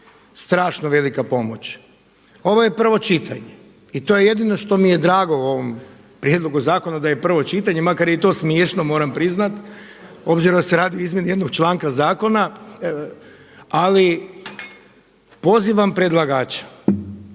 Strašno velika pomoć! Ovo je prvo čitanje i to jedino što mi je drago u ovom prijedlogu zakona da je prvo čitanje makar je i to smiješno moram priznati obzirom da se radi o izmjeni jednog članka zakona, ali pozivam predlagača